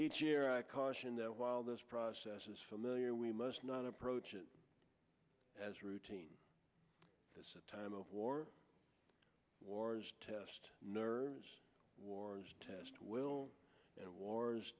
resources caution that while this process is familiar we must not approach it as routine as a time of war wars test nerves wars test will and wars